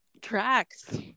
tracks